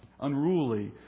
unruly